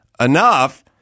enough